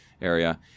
area